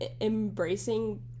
embracing